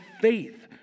faith